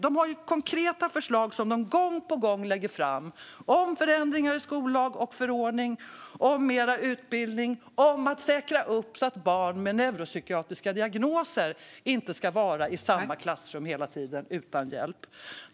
De har alltså konkreta förslag som de gång på gång lägger fram om förändringar i skollag och förordning, om mer utbildning och om att man ska säkra att barn med neuropsykiatriska diagnoser inte hela tiden är i samma klassrum utan hjälp.